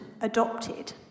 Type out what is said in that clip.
adopted